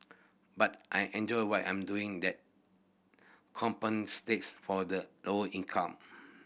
but I enjoy what I'm doing that compensates for the lower income